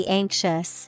anxious